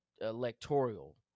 electoral